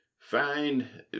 Find